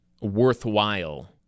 worthwhile